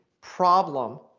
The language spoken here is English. problem